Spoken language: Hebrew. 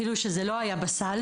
אפילו שזה לא היה בסל.